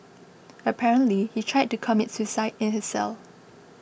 apparently he tried to commit suicide in his cell